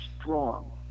strong